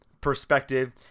perspective